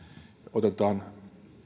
otetaan